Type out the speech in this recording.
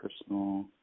personal